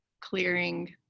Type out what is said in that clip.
clearing